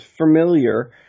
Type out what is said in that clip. familiar